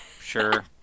sure